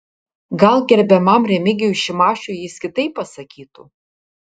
gal gerbiamam remigijui šimašiui jis kitaip pasakytų